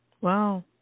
Wow